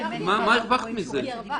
מה הרווחת מזה?